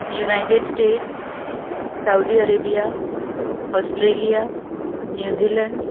United States Saudi Arabia Australia New Zealand